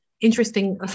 Interesting